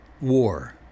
War